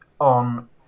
on